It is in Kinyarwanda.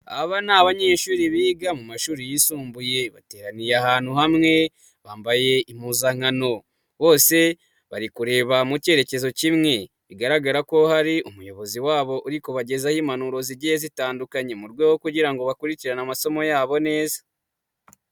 Aba ni abanyeshuri biga mu mashuri yisumbuye, bateraniye ahantu hamwe bambaye impuzankano, bose bari kureba mu cyerekezo kimwe, bigaragara ko hari umuyobozi wabo uri kubagezaho impanuro zigiye zitandukanye, mu rwego rwo kugira ngo bakurikirane amasomo yabo neza.